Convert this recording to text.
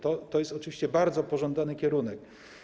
To jest oczywiście bardzo pożądany kierunek.